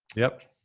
yep.